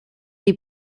die